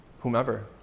whomever